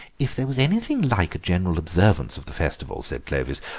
if there was anything like a general observance of the festival, said clovis,